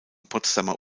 potsdamer